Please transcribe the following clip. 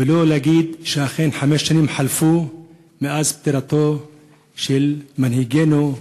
ולא להגיד שאכן חמש שנים חלפו מאז פטירתו של מנהיגנו,